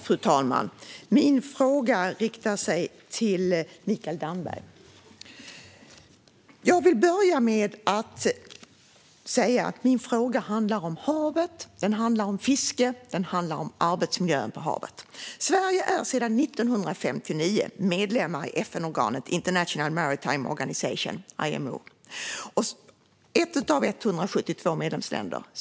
Fru talman! Jag riktar min fråga till Mikael Damberg. Jag vill börja med att säga att min fråga handlar om havet, om fisket och om arbetsmiljön på havet. Sverige är sedan 1959 medlem i FN-organet International Maritime Organization, IMO. Sverige är ett av 172 medlemsländer.